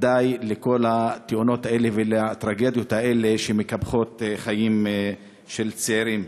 די לכל התאונות האלה ולטרגדיות האלה שמקפחות חיים של צעירים.